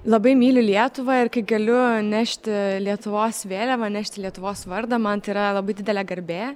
labai myliu lietuvą ir galiu nešti lietuvos vėliavą nešti lietuvos vardą man tai yra labai didelė garbė